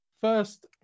First